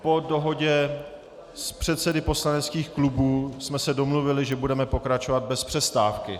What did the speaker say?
Po dohodě s předsedy poslaneckých klubů jsme se domluvili, že budeme pokračovat bez přestávky.